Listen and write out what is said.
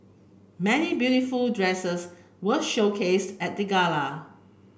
many beautiful dresses were showcase at the gala